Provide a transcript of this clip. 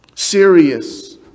Serious